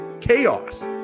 Chaos